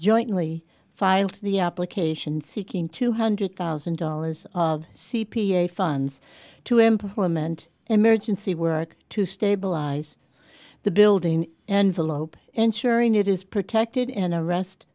jointly filed the application seeking two hundred thousand dollars of c p a funds to implement emergency work to stabilize the building and the lope ensuring it is protected in a rest